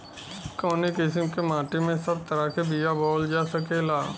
कवने किसीम के माटी में सब तरह के बिया बोवल जा सकेला?